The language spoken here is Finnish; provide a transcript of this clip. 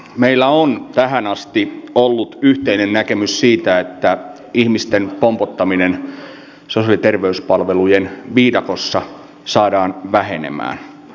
meillä on tähän asti ollut yhteinen näkemys siitä että ihmisten pompottaminen sosiaali ja terveyspalvelujen viidakossa saadaan vähenemään